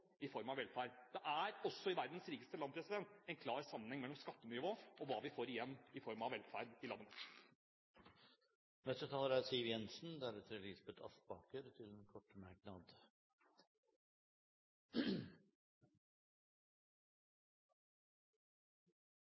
i form av velferd. Også i verdens rikeste land er det en klar sammenheng mellom skattenivå og hva vi får igjen i form av velferd. Det er fristende å begynne med å si til